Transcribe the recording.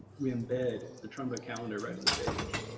we embed the trumba calendar right in the page.